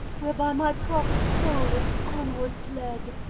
whereby my prophet-soul is onwards led?